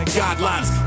guidelines